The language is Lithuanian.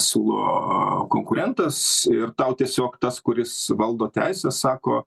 siūlo konkurentas ir tau tiesiog tas kuris valdo teises sako